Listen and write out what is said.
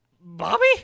Bobby